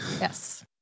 Yes